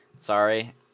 Sorry